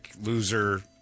loser